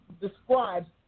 describes